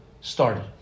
Started